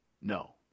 no